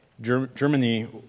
Germany